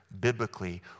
biblically